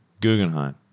Guggenheim